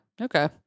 Okay